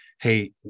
hey